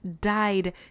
died